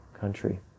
country